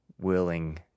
willing